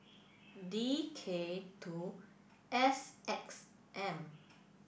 D K two S X M